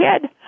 kid